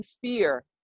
fear